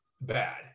bad